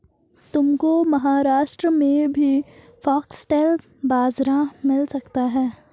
तुमको महाराष्ट्र में भी फॉक्सटेल बाजरा मिल सकता है